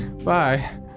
Bye